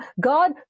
God